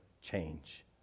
change